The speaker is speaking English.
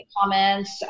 comments